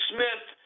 Smith